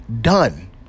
done